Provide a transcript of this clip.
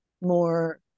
more